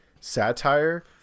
satire